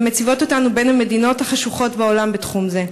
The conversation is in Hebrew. ומציבות אותנו בין המדינות החשוכות בעולם בתחום זה.